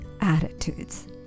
attitudes